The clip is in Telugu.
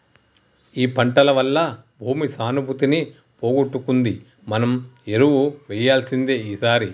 ఈ పంటల వల్ల భూమి సానుభూతిని పోగొట్టుకుంది మనం ఎరువు వేయాల్సిందే ఈసారి